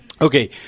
Okay